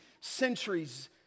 centuries